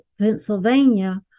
pennsylvania